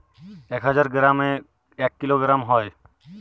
এক হাজার গ্রামে এক কিলোগ্রাম হয়